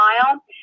smile